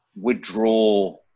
withdraw